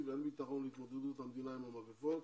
ואין ביטחון בהתמודדות המדינה עם המגפות.